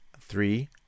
Three